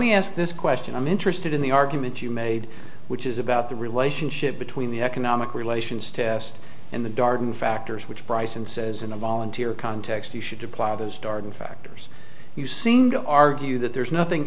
me ask this question i'm interested in the argument you made which is about the relationship between the economic relations test and the dardenne factors which bryson says in a volunteer context you should apply those starting factors you seem to argue that there's nothing